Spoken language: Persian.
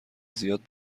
زیاد